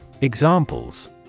Examples